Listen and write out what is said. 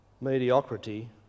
mediocrity